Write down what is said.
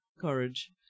courage